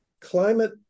climate